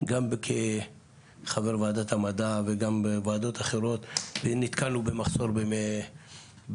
גם כחבר ועדת המדע וגם בוועדות אחרות נתקלנו במחסור בנאונטולוגים.